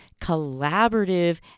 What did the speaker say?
collaborative